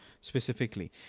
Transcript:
specifically